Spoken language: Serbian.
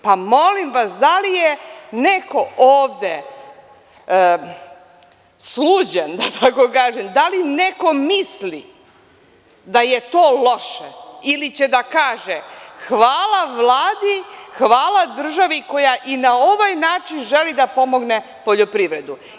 Pa, molim vas, da li je neko ovde sluđen, da tako kažem, da li neko misli da je to loše, ili će da kaže – hvala Vladi, hvala državi koja i na ovaj način želi da pomogne poljoprivredu?